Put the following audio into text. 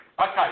Okay